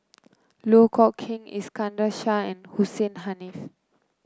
Loh Kok King Iskandar Shah and Hussein Haniff